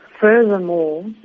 ...furthermore